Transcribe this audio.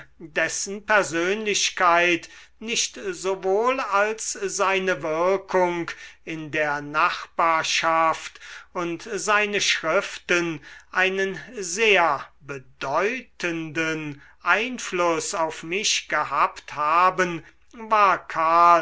dessen persönlichkeit nicht sowohl als seine wirkung in der nachbarschaft und seine schriften einen sehr bedeutenden einfluß auf mich gehabt haben war